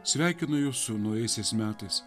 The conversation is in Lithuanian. sveikinu jus su naujaisiais metais